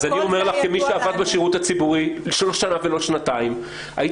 אז אני אומר לך כמי שעבד בשירות הציבורי לא שנה ולא שנתיים שהייתי